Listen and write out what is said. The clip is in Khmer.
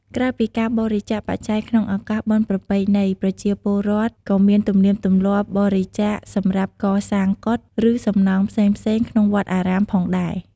ក្រៅពីការបរិច្ចាគបច្ច័យក្នុងឱកាសបុណ្យប្រពៃណី ប្រជាពលរដ្ឋក៏មានទំនៀមទម្លាប់ បរិច្ចាគសម្រាប់កសាងកុដិ ឬសំណង់ផ្សេងៗ ក្នុងវត្តអារាមផងដែរ។